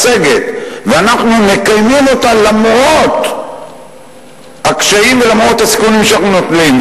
ואנחנו מקיימים אותה למרות הקשיים ולמרות הסיכונים שאנחנו נוטלים.